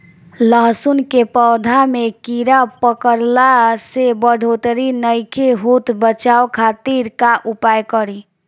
लहसुन के पौधा में कीड़ा पकड़ला से बढ़ोतरी नईखे होत बचाव खातिर का उपाय करी?